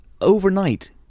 overnight